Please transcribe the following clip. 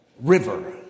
river